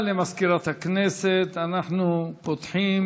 רועי פולקמן,